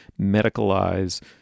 medicalize